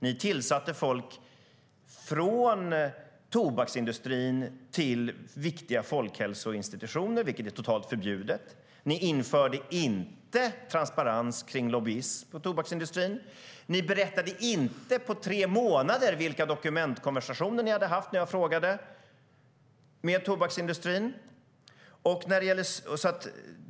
Ni tillsatte folk från tobaksindustrin till viktiga folkhälsoinstitutioner, vilket är totalt förbjudet, ni införde inte transparens för lobbyism inom tobaksindustrin och på tre månader berättade ni inte vilka dokumentkonversationer ni hade haft med tobaksindustrin, när jag frågade.